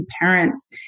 parents